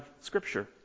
scripture